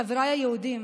חבריי היהודים,